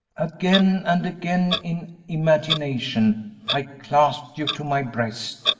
again and again in imagination i clasped you to my breast,